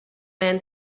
man